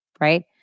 right